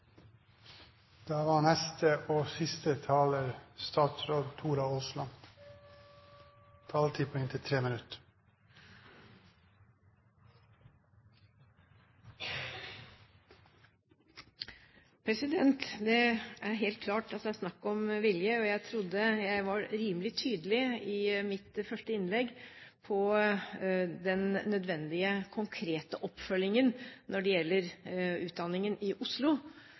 Det er helt klart at det er snakk om vilje, og jeg trodde jeg var rimelig tydelig i mitt første innlegg på den nødvendige konkrete oppfølgingen når det gjelder utdanningen i Oslo,